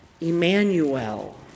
Emmanuel